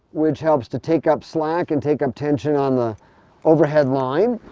which helps to take up slack and take up tension on the overhead line.